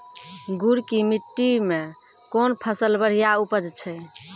गुड़ की मिट्टी मैं कौन फसल बढ़िया उपज छ?